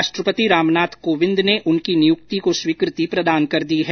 राष्ट्रपति रामनाथ कोविंद ने उनकी नियुक्ति को स्वीकृति प्रदान कर दी है